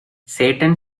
satan